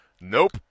nope